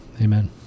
amen